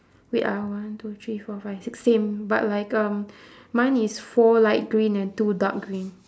wait ah one two three four five six same but like um mine is four light green and two dark green